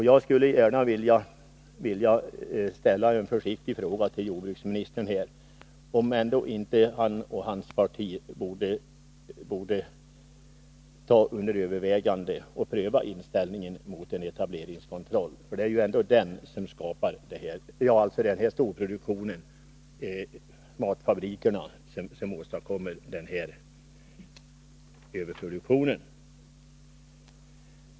Jag skulle gärna vilja ställa en försiktig fråga till jordbruksministern, om inte han och hans parti skall ta under övervägande och pröva inställningen och åstadkomma en etableringskontroll. Det är ändå stordriften, matfabrikerna, som åstadkommer överproduktionen.